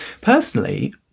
Personally